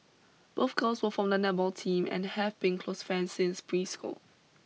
both girls were from the netball team and have been close friends since preschool